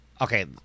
Okay